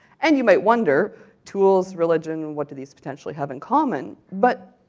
and you might wonder tools, religion, what do these potentially have in common? but,